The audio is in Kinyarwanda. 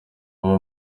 uba